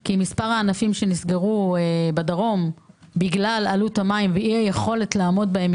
כי מספר הענפים שנסגרו בדרום בגלל עלות המים ואי יכולת לעמוד בהם,